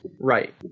Right